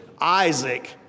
Isaac